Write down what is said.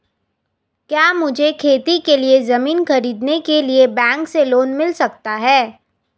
क्या मुझे खेती के लिए ज़मीन खरीदने के लिए बैंक से लोन मिल सकता है?